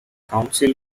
council